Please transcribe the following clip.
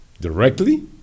Directly